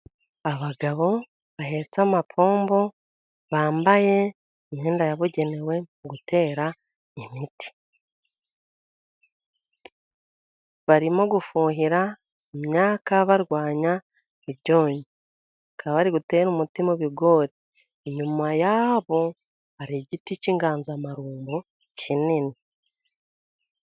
Abagabo bahetse amapombo, bambaye imyenda yabugenewe mu gutera imiti. Barimo gufuhira imyaka barwanya ibyonnyi. Bakaba bari gutera umuti ibigori. Inyuma yabo hari igiti cy'inganzamarumbo kinini.